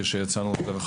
כשיצאנו לדרך,